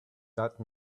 taught